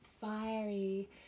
fiery